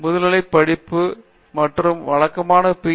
முதுநிலை படிப்பு மற்றும் வழக்கமான பி